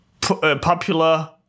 popular